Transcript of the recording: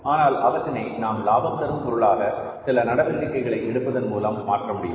ஆனால் அவற்றினை நாம் லாபம் தரும் பொருளாக சில நடவடிக்கைகளை எடுப்பதன் மூலம் மாற்றமுடியும்